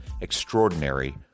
Extraordinary